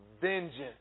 vengeance